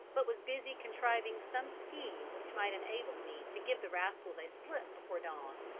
but was busy contriving some scheme which might enable me to give the rascals a slip before dawn.